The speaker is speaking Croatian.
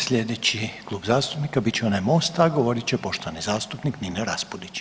Sljedeći klub zastupnika biti će onaj Mosta, a govorit će poštovani zastupnik Nino Raspudić.